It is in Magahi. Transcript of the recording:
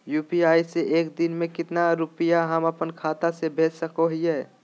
यू.पी.आई से एक दिन में कितना रुपैया हम अपन खाता से भेज सको हियय?